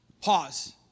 Pause